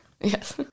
Yes